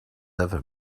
ever